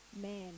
man